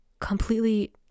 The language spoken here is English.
completely